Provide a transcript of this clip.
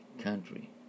country